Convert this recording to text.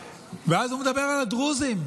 ואז הוא מדבר על הדרוזים.